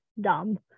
dumb